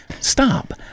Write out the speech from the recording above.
Stop